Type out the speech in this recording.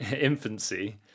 infancy